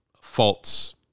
false